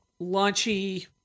launchy